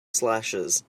slashes